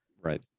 Right